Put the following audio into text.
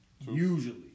usually